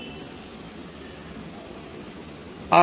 and are coefficient matrices of appropriate dimensions